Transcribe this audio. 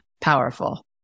powerful